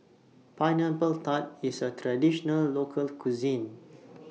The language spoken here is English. Pineapple Tart IS A Traditional Local Cuisine